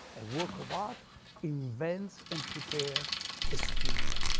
a work of art invents and prepares a future,